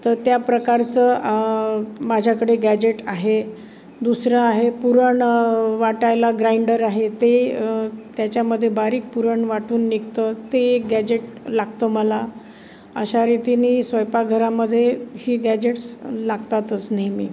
तर त्या प्रकारचं माझ्याकडे गॅजेट आहे दुसरं आहे पुरण वाटायला ग्राइंडर आहे ते त्याच्यामध्ये बारीक पुरण वाटून निघतं ते एक गॅजेट लागतं मला अशा रीतीने स्वयंपाकघरामधे ही गॅजेट्स लागतातच नेहमी